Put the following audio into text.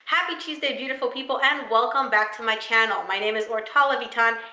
happy tuesday, beautiful people, and welcome back to my channel. my name is ortal levitan,